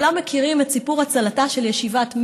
כולם מכירים את סיפור הצלתה של ישיבת מיר,